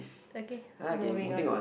okay moving on